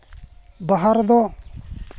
ᱵᱟᱦᱟ ᱨᱮᱫᱚ